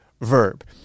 verb